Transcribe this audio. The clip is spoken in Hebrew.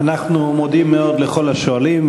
אנחנו מודים מאוד לכל השואלים,